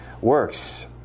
works